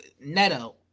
Neto